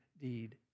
deed